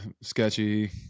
sketchy